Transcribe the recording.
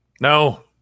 No